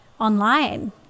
online